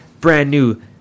brand-new